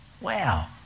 Wow